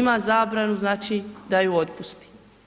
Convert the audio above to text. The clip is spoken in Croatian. ima zabranu, znači da ju otpusti.